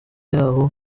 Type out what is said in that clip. y’aho